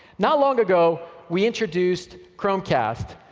not long ago, we introduced chromecast,